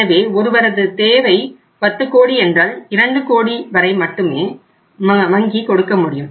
எனவே ஒருவரது தேவை 10 கோடி என்றால் 2 கோடி வரை மட்டும் வங்கி கொடுக்கமுடியும்